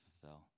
fulfill